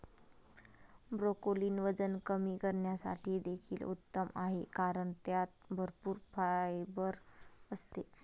broccoli वजन कमी करण्यासाठी देखील उत्तम आहे कारण त्यात भरपूर फायबर असते